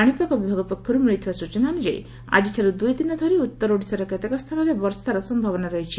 ପାଶିପାଗ ବିଭାଗ ପକ୍ଷରୁ ମିଳିଥିବା ସୂଚନା ଅନୁଯାୟୀ ଆଜିଠାରୁ ଦୁଇ ଦିନ ଧରି ଉତ୍ତର ଓଡ଼ିଶାର କେତେକ ସ୍ଚାନରେ ବର୍ଷାର ସମ୍ଭାବନା ରହିଛି